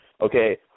Okay